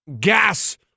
gas